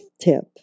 tip